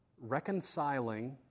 reconciling